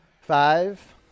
Five